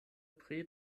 pre